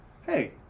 hey